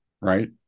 right